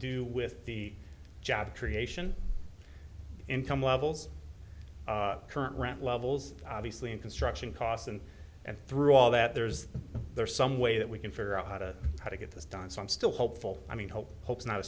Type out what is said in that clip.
do with the job creation income levels current rent levels obviously in construction costs and and through all that there's there's some way that we can figure out how to how to get this done so i'm still hopeful i mean hope hope is not a